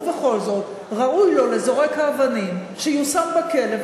ובכל זאת ראוי לו לזורק האבנים שיושם בכלא,